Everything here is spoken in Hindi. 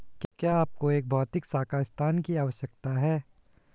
क्या आपको एक भौतिक शाखा स्थान की आवश्यकता है?